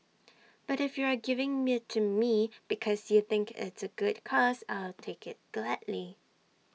but if you are giving IT to me because you think it's A good cause I'll take IT gladly